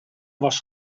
was